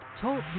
talk